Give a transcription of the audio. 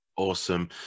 awesome